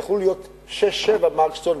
יכלו להיות שש-שבע "מרקסטון",